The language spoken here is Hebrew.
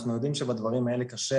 אנחנו יודעים שבדברים האלה קשה,